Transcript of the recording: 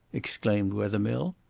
exclaimed wethermill.